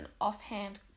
offhand